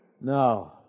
No